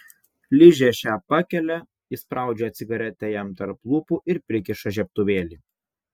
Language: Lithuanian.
ližė šią pakelia įspraudžia cigaretę jam tarp lūpų ir prikiša žiebtuvėlį